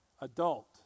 adult